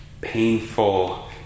painful